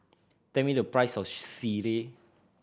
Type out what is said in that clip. tell me the price of sireh